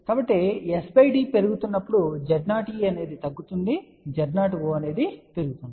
కాబట్టి s d పెరుగుతున్నప్పుడు Z0e తగ్గుతుంది మరియు Z0o పెరుగుతుంది